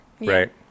right